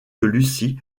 lucie